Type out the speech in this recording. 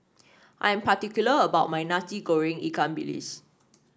I am particular about my Nasi Goreng Ikan Bilis